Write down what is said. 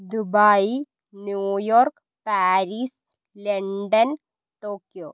Dubai New York Paris London Tokyo